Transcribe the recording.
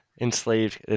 enslaved